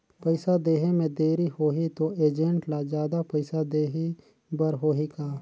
पइसा देहे मे देरी होही तो एजेंट ला जादा पइसा देही बर होही का?